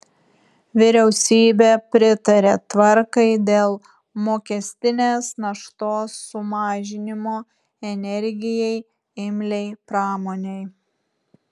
vyriausybė pritarė tvarkai dėl mokestinės naštos sumažinimo energijai imliai pramonei